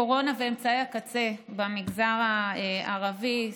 הקורונה ואמצעי הקצה במגזר הערבי,